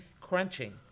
Crunching